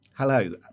Hello